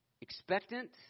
Expectant